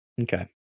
okay